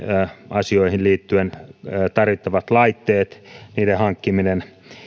asioihin liittyen tarvittavat laitteet niiden hankkiminen